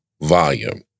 volume